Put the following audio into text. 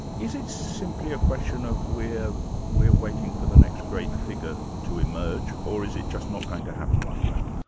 is it simply a question of we're we're waiting for the next great figure to emerge, or is it just not going to happen like that?